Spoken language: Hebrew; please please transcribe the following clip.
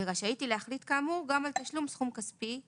ורשאית היא להחליט כאמור גם על תשלום סכום כספי לנפגע.